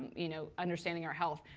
you know understanding our health.